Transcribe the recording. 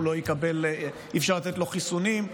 אי-אפשר לתת לו חיסונים.